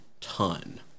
ton